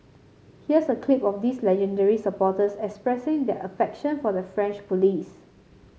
here's a clip of these legendary supporters expressing their affection for the French police